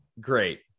great